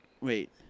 Wait